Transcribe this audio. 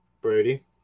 Brady